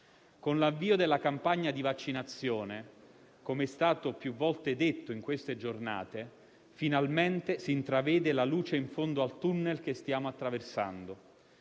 Con l'avvio della campagna di vaccinazione - come è stato detto più volte in queste giornate - finalmente si intravede la luce in fondo al tunnel che stiamo attraversando.